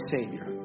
Savior